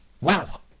Wow